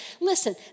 Listen